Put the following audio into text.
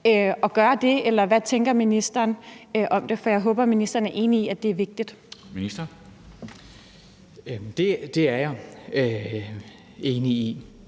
så gøre det, eller hvad tænker ministeren om det? For jeg håber, ministeren er enig i, at det er vigtigt. Kl. 16:40 Formanden